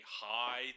hi